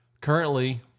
Currently